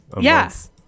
Yes